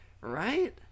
right